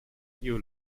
you